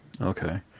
okay